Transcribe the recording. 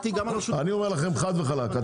אני אומר לכם חד וחלק,